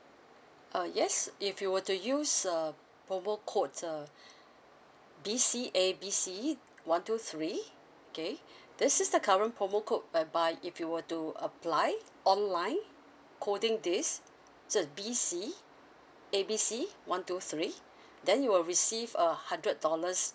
uh yes if you were to use uh promo code uh B C A B C one two three okay this is the current promo code whereby if you were to apply online quoting this so it's B C A B C one two three then you will receive a hundred dollars